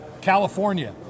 California